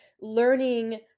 learning